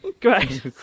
Great